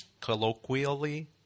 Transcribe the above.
colloquially